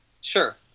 Sure